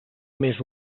més